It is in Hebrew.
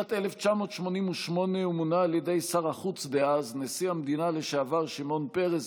בשנת 1988 הוא מונה על ידי שר החוץ דאז ונשיא המדינה לשעבר שמעון פרס,